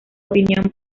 opinión